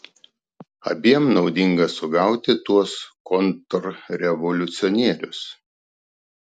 abiem naudinga sugauti tuos kontrrevoliucionierius